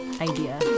idea